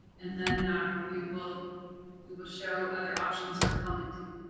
and then we will we will show other options for commenting.